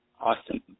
Awesome